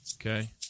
Okay